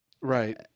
right